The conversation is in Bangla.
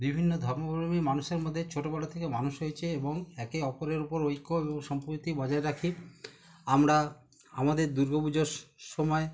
বিভিন্ন ধর্মাবলম্বী মানুষের মধ্যে ছোটো বড়ো থেকে মানুষ হয়েছে এবং একে ওপরের ওপর ঐক্য এবং সম্প্রতি বজায় রাখি আমরা আমাদের দুর্গা পুজোর সময়